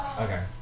Okay